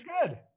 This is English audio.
good